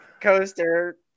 coaster